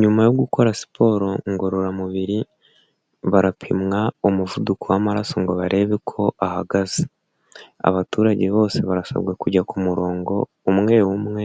Nyuma yo gukora siporo ngororamubiri, barapimwa umuvuduko w'amaraso ngo barebe ko ahagaze, abaturage bose barasabwa kujya ku murongo umwe umwe